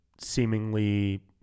seemingly